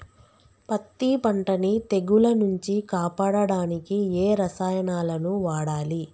పత్తి పంటని తెగుల నుంచి కాపాడడానికి ఏ రసాయనాలను వాడాలి?